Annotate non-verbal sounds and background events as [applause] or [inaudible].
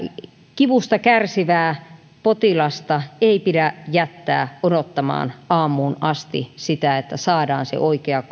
kivusta kärsivää potilasta ei pidä jättää odottamaan aamuun asti sitä että saadaan se oikea [unintelligible]